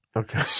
okay